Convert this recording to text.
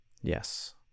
yes